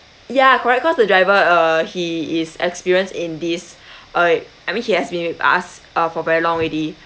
yeah correct the driver uh he is experienced in this uh I mean he has been with us uh for very long already